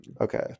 Okay